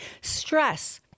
stress